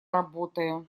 работаю